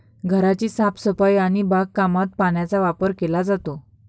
घराची साफसफाई आणि बागकामात पाण्याचा वापर केला जातो